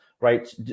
right